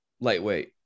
lightweight